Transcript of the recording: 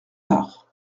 tard